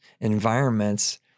environments